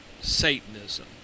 Satanism